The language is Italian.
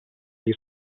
gli